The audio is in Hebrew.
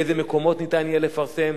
באיזה מקומות ניתן יהיה לפרסם,